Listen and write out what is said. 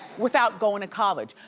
without going to college.